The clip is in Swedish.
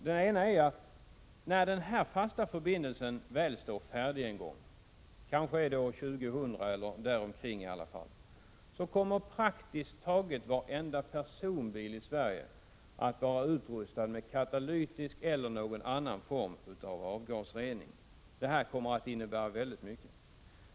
Den ena är att när denna fasta förbindelse väl står färdig en gång, kanske år 2000 eller däromkring, så kommer praktiskt taget varenda personbil i Sverige att vara utrustad med katalytisk eller någon annan form av avgasrening. Det kommer att innebära väldigt mycket.